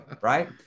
right